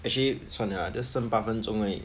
actually 算了 lah just 剩八分钟而已